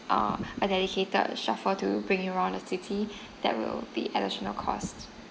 uh a dedicated chauffeur to bring you around the city that will be additional cost